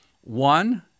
One